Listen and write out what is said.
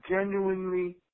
genuinely